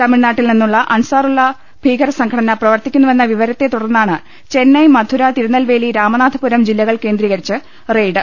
തമി ഴ്നാട്ടിൽ അൻസാറുള്ള ഭീക്രം സംഘടന പ്രവർത്തിക്കുന്നു വെന്ന വിവരത്തെ തുടർന്നാണ് ചെന്നൈ മധുര തിരുനൽവേ ലി രാമനാഥപുരം ജില്ലകൾ കേന്ദ്രീകരിച്ച് റെയ്ഡ്